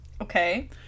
Okay